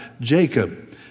Jacob